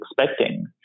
expecting